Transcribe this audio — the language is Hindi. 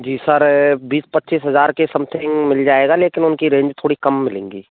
जी सर बीस पच्चीस हज़ार के समथिंग मिल जाएगा लेकिन उनकी रेंज थोड़ी कम मिलेगी